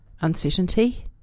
uncertainty